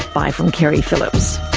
bye from keri phillips